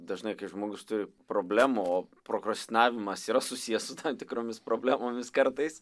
dažnai kai žmogus turi problemų o prokrastinavimas yra susijęs su tam tikromis problemomis kartais